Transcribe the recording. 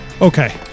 Okay